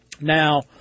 now